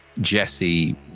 Jesse